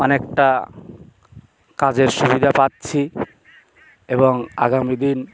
অনেকটা কাজের সুবিধা পাচ্ছি এবং আগামী দিন